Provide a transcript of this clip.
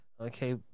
Okay